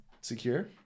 Secure